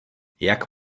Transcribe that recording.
jak